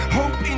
hope